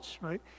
right